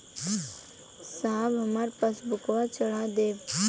साहब हमार पासबुकवा चढ़ा देब?